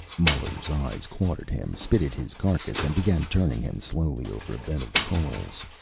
muller's eyes quartered him, spitted his carcass, and began turning him slowly over a bed of coals.